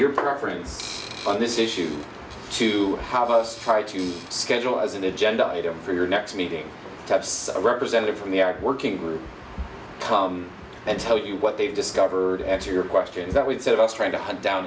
your preference on this issue to have us try to schedule as an agenda item for your next meeting types of representative from the outworking group and tell you what they've discovered answer your questions that we've sent us trying to hunt down